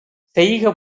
செய்க